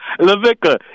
Lavica